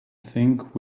think